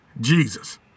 Jesus